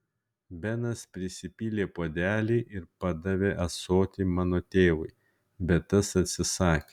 benas prisipylė puodelį ir padavė ąsotį mano tėvui bet tas atsisakė